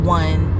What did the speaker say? one